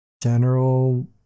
general